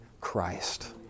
Christ